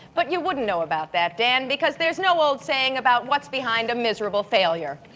but you wouldn't know about that, dan, because there's no old saying about what's behind a miserable failure.